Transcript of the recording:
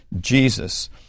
Jesus